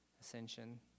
ascension